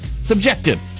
subjective